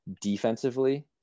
defensively